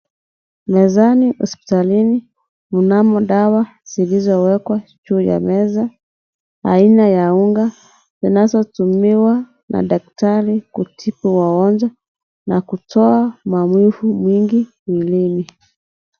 Mezani hospitalini mnamo dawa zilizo wekwa juu ya meza aina ya unga zinazo tumiwa na daktari kutibu wagonjwa na kutoa maumivu mingi mwilini.